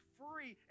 free